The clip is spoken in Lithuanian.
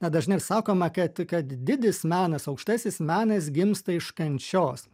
na dažnai ir sakoma kad kad didis menas aukštasis menas gimsta iš kančios